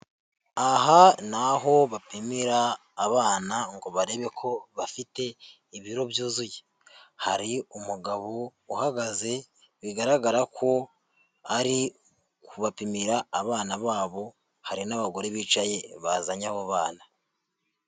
Aha ni aho bapimira abana ngo barebe ko bafite ibiro byuzuye, hari umugabo uhagaze bigaragara ko ari kubapimira abana babo hari n'abagore bicaye bazanye abo bana.